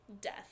death